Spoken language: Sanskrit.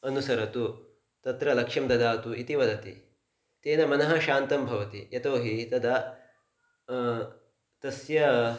अनुसरतु तत्र लक्ष्यं ददातु इति वदति तेन मनः शान्तं भवति यतोहि तदा तस्य